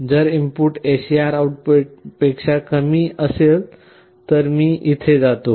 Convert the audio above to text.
जर input SAR आउटपुटपेक्षा कमी असेल तर मग मी इथे जातो